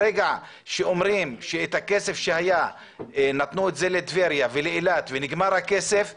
ברגע שאומרים שאת הכסף שהיה נתנו לטבריה ולאילת והכסף נגמר,